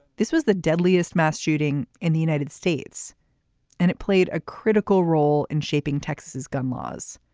this was the deadliest mass shooting in the united states and it played a critical role in shaping texas gun laws.